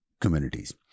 communities